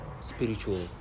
spiritual